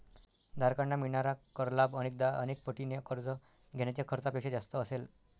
धारकांना मिळणारा कर लाभ अनेकदा अनेक पटीने कर्ज घेण्याच्या खर्चापेक्षा जास्त असेल